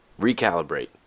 Recalibrate